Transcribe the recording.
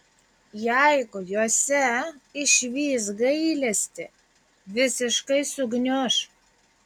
jeigu jose išvys gailestį visiškai sugniuš